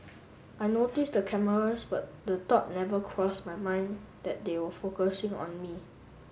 I noticed the cameras but the thought never crossed my mind that they were focusing on me